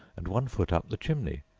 and one foot up the chimney,